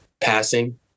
passing